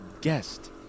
guest